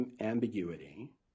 ambiguity